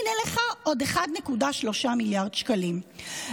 הינה לך עוד 1.3 מיליארד שקלים,